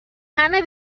همه